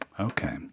Okay